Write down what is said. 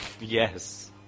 Yes